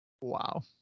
Wow